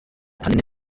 ahanini